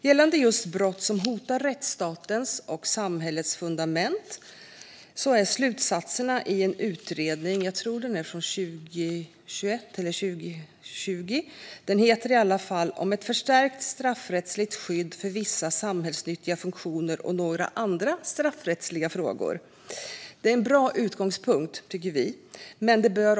Gällande just brott som hotar rättsstatens och samhällets fundament finns slutsatserna från Utredningen om ett förstärkt straffrättsligt skydd för vissa samhällsnyttiga funktioner och några andra straffrättsliga frågor. Jag tror att den är från 2020 eller 2021. Det tycker vi är en bra utgångspunkt.